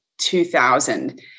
2000